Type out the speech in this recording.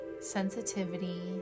sensitivity